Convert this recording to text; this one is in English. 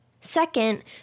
Second